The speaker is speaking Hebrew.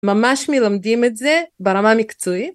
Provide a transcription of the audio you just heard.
ממש מלמדים את זה ברמה מקצועית.